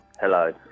hello